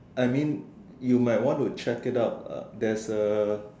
I mean you might want to check it up uh there's a